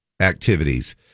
activities